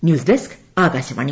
news desk Akashvani